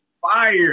fire